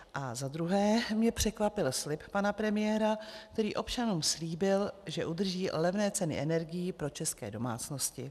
A za druhé mě překvapil slib pana premiéra, který občanům slíbil, že udrží levné ceny energií pro české domácnosti.